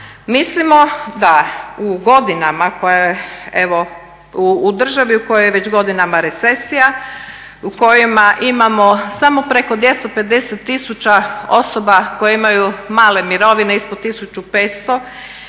Mislimo da u godinama koje, u državi u kojoj je već godinama recesija, u kojima imamo samo preko 250 tisuća osoba koje imaju male mirovine, ispod 1500